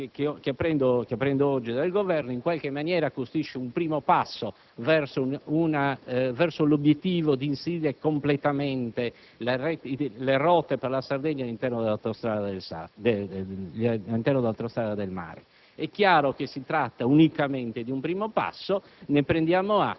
La decisione che apprendo oggi dal Governo in qualche maniera costituisce un primo passo verso l'obiettivo di inserire completamente le rotte per la Sardegna all'interno delle autostrade del mare.